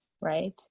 right